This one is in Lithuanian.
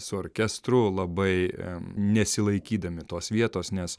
su orkestru labai nesilaikydami tos vietos nes